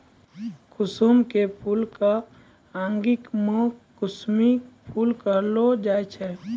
कुसुम के फूल कॅ अंगिका मॅ कुसमी फूल कहलो जाय छै